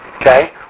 okay